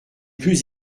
plus